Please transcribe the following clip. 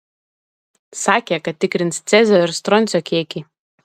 sakė kad tikrins cezio ir stroncio kiekį